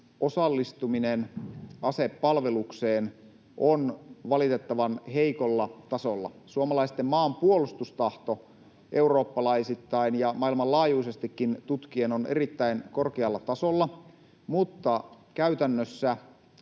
osallistuminen asepalvelukseen on valitettavan heikolla tasolla. Suomalaisten maanpuolustustahto eurooppalaisittain ja maailmanlaajuisestikin tutkien on erittäin korkealla tasolla, mutta käytännössä